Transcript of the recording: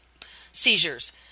seizures